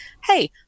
hey